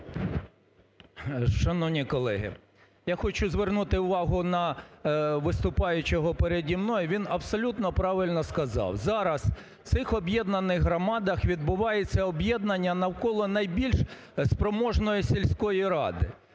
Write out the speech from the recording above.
Шановні колеги, я хочу звернути увагу на виступаючого переді мною. Він абсолютно правильно сказав, зараз в цих об'єднаних громадах відбувається об'єднання навколо найбільш спроможної сільської ради.